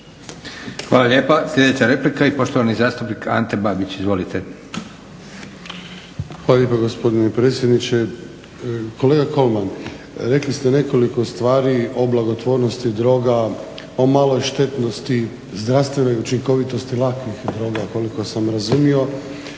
Hvala lijepa. Sljedeća replika i poštovani zastupnik Ante Babić. Izvolite. **Babić, Ante (HDZ)** Hvala lijepa gospodine predsjedniče. Kolega Kolman rekli ste nekoliko stvari o blagotvornosti droga, o maloj štetnosti, zdravstvenoj učinkovitosti lakih droga koliko sam razumio,